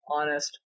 honest